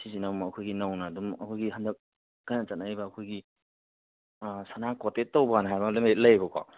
ꯁꯤꯁꯤꯅ ꯑꯃꯨꯛ ꯑꯩꯈꯣꯏꯒꯤ ꯅꯧꯅ ꯑꯗꯨꯝ ꯑꯩꯈꯣꯏꯒꯤ ꯍꯟꯗꯛ ꯀꯟꯅ ꯆꯠꯅꯔꯤꯕ ꯑꯩꯈꯣꯏꯒꯤ ꯁꯅꯥ ꯀꯣꯇꯦꯠ ꯇꯧꯕꯅ ꯍꯥꯏꯕ ꯑꯃ ꯂꯩꯌꯦꯕꯀꯣ